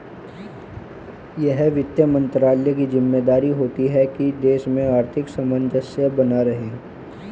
यह वित्त मंत्रालय की ज़िम्मेदारी होती है की देश में आर्थिक सामंजस्य बना रहे